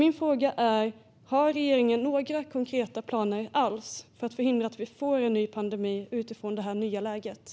Min fråga är om regeringen har några konkreta planer alls utifrån det här nya läget för att förhindra att vi får en ny pandemi.